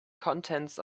contents